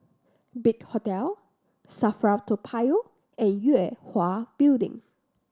Big Hotel SAFRA Toa Payoh and Yue Hwa Building